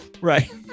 right